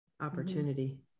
opportunity